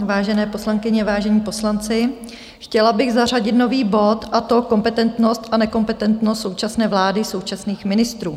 Vážené poslankyně, vážení poslanci, chtěla bych zařadit nový bod, a to Kompetentnost a nekompetentnost současné vlády, současných ministrů.